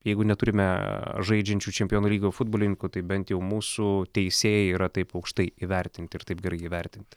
jeigu neturime žaidžiančių čempionų lygoj futbolininkų tai bent jau mūsų teisėjai yra taip aukštai įvertinti ir taip gerai įvertinti